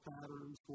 patterns